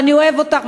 ו"אני אוהב אותך",